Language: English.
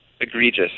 egregious